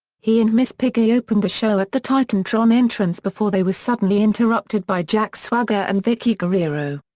he and miss piggy opened the show at the titantron entrance before they were suddenly interrupted by jack swagger and vickie guerrero.